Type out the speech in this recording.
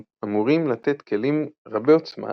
אמורים לתת כלים רבי עוצמה